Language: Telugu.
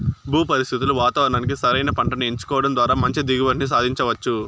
భూ పరిస్థితులు వాతావరణానికి సరైన పంటను ఎంచుకోవడం ద్వారా మంచి దిగుబడిని సాధించవచ్చు